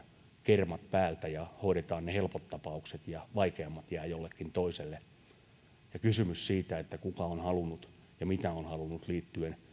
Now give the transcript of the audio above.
kermat päältä ja hoidetaan ne helpot tapaukset ja vaikeammat jäävät jollekin toiselle ja kysymys siitä kuka on halunnut ja mitä on halunnut liittyen